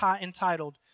entitled